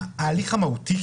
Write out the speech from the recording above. ההליך המהותי,